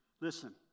Listen